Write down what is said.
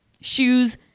Shoes